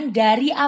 dari